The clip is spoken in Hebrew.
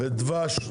גם דבש.